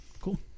cool